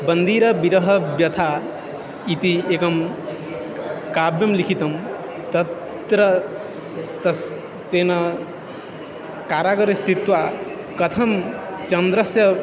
बन्दी विरहः व्यथा इति एकं काव्यं लिखितं तत्र तस् तेन कारागारे स्थित्वा कथं चन्द्रस्य